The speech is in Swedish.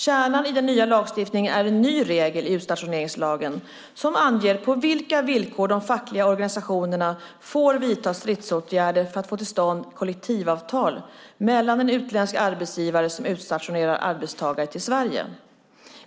Kärnan i den nya lagstiftningen är en ny regel i utstationeringslagen som anger på vilka villkor de fackliga organisationerna får vidta stridsåtgärder för att få till stånd kollektivavtal med en utländsk arbetsgivare som utstationerar arbetstagare till Sverige.